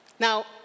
Now